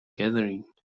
gathering